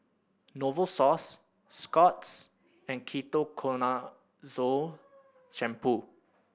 Novosource Scott's and Ketoconazole Shampoo